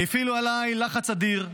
הפעילו עליי לחץ אדיר,